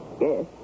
Yes